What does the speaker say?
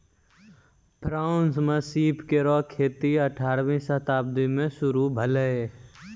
France म सीप केरो खेती अठारहवीं शताब्दी में शुरू भेलै